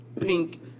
Pink